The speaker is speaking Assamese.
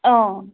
অঁ